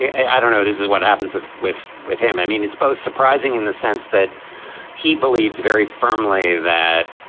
i don't know. this is what happens with with with him. i mean, it's both surprising in the sense that he believes very firmly that,